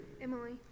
Emily